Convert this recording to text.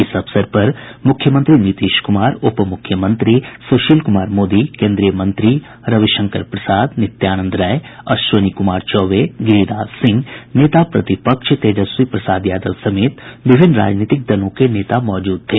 इस अवसर पर मुख्यमंत्री नीतीश कुमार उपमुख्यमंत्री सुशील कुमार मोदी केद्रीय मंत्री रविशंकर प्रसाद नित्यानंद राय अश्विनी कुमार चौबे गिरिराज सिंह नेता प्रतिपक्ष तेजस्वी यादव समेत विभिन्न राजनीतिक दलों के नेता मौजूद थे